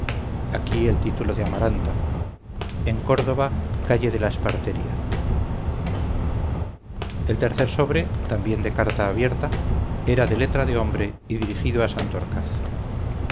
y decía señora condesa de aquí el título de amaranta en córdoba calle de la espartería el tercer sobre también de carta abierta era de letra de hombre y dirigido a